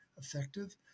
effective